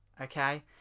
okay